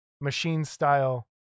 machine-style